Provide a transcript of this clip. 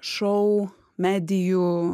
šou medijų